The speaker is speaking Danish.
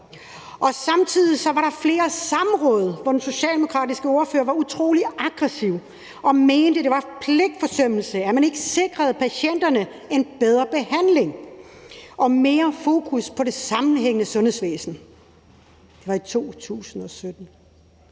Samtidig var der flere samråd, hvor den socialdemokratiske ordfører var utrolig aggressiv og mente, at det var pligtforsømmelse, at man ikke sikrede patienterne en bedre behandling og mere fokus på det sammenhængende sundhedsvæsen. Det var i 2017.